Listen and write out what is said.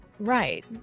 Right